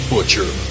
Butcher